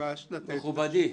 ביקשו לתת --- מכובדי,